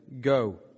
Go